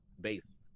base